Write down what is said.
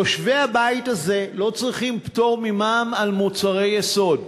יושבי הבית הזה לא צריכים פטור ממע"מ על מוצרי יסוד,